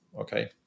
okay